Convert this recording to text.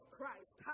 Christ